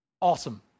Awesome